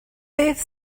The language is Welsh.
beth